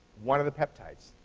one of the peptides,